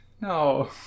no